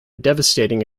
devastating